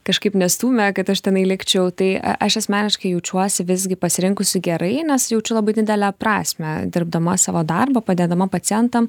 kažkaip nestūmė kad aš tenai likčiau tai aš asmeniškai jaučiuosi visgi pasirinkusi gerai nes jaučiu labai didelę prasmę dirbdama savo darbą padėdama pacientam